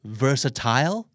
versatile